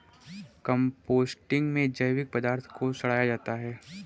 composting में जैविक पदार्थ को सड़ाया जाता है